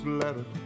letter